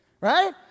right